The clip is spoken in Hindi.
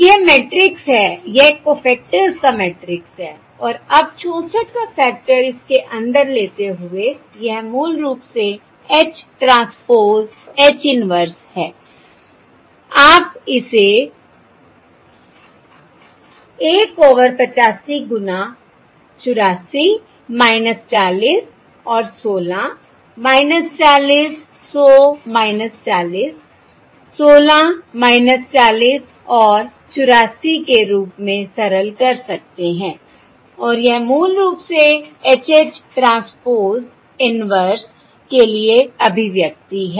यह मैट्रिक्स है यह कोफ़ैक्टर्स का मैट्रिक्स है और अब 64 का फैक्टर इसके अंदर लेते हुए यह मूल रूप से H ट्रांसपोज़ H इन्वर्स है आप इसे 1 ओवर 85 गुना 84 40 और 16 40 100 40 16 40 और 84 के रूप में सरल कर सकते हैं और यह मूल रूप से H H ट्रांसपोज़ इन्वर्स के लिए अभिव्यक्ति है